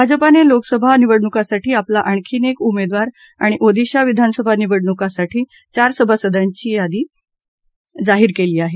भाजपाने लोकसभा निवडणुकांसाठी आपला आणखी एक उमेदवार आणि ओदिशाच्या विधानसभा निवडणुकांसाठी चार सभासदांची यादी जाहीर केली आहे